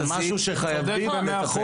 זה משהו שחייבים לטפל בו.